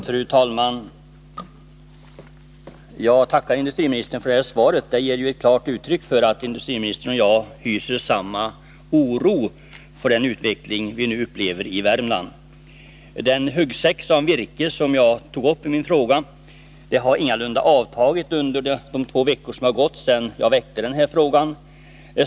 Fru talman! Jag tackar industriministern för svaret. Det ger klart uttryck för att industriministern och jag hyser samma oro för den utveckling vi nu upplever i Värmland. Den huggsexa om virke, som jag tog upp i min fråga, har ingalunda avtagit under de två veckor som har gått sedan jag väckte denna fråga.